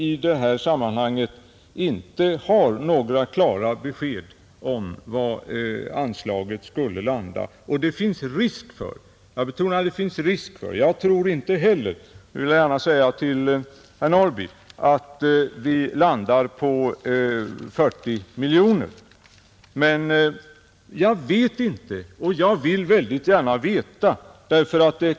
I det här sammanhanget har vi inte fått några klara besked om var anslaget skulle landa, Det finns, herr Norrby, risk för — jag betonar det även om inte jag heller tror på det — att vi landar på 40 miljoner kronor. Jag vet inte om det blir så men jag skulle väldigt gärna vilja veta det.